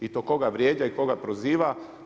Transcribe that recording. I to koga vrijeđa i koga proziva?